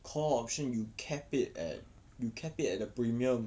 call option you cap it at you cap it at the premium